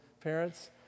parents